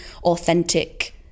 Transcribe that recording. authentic